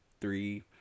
three